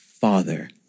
Father